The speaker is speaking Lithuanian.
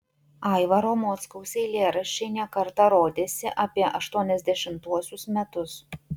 aivaro mockaus eilėraščiai ne kartą rodėsi apie aštuoniasdešimtuosius metus